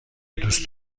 دوست